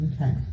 Okay